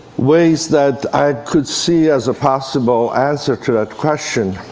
ways that i could see as a possible answer to that question.